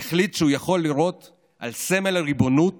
החליט שהוא יכול לירות על סמל הריבונות